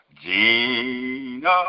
Gina